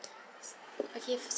okay